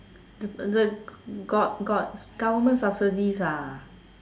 the got got government subsidies ah